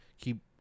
keep